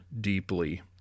deeply